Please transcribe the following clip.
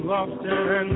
often